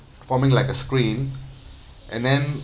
forming like a screen and then